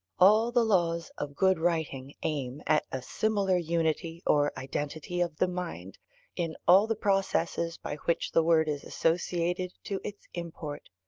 all the laws of good writing aim at a similar unity or identity of the mind in all the processes by which the word is associated to its import.